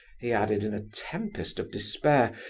he added, in a tempest of despair,